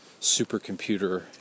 supercomputer